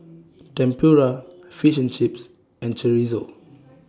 Tempura Fish and Chips and Chorizo